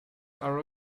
are